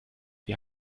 wir